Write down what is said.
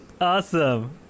awesome